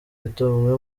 eto’o